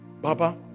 Baba